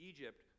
Egypt